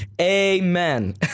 Amen